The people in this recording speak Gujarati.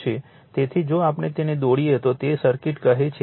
તેથી જો આપણે તેને દોરીએ તો તેને સર્કિટ કહે છે